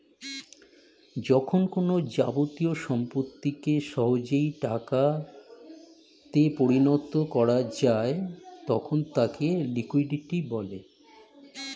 যখন কোনো যাবতীয় সম্পত্তিকে সহজেই টাকা তে পরিণত করা যায় তখন তাকে লিকুইডিটি বলে